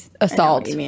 assault